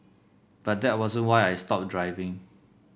but that wasn't why I stopped driving